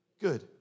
good